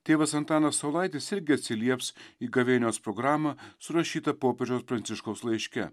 tėvas antanas saulaitis irgi atsilieps į gavėnios programą surašytą popiežiaus pranciškaus laiške